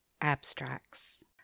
Abstracts